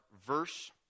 verse